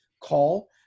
call